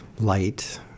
light